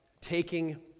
taking